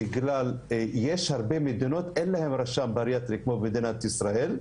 כי להרבה מדינות אין רשם בריאטרי כמו במדינת ישראל.